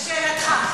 לשאלתך.